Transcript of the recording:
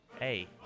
Hey